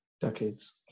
decades